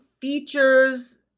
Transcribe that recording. features